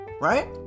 right